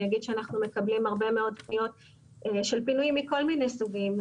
אני אגיד שאנחנו מקבלים הרבה מאוד פניות של פינויים מכל מיני סוגים,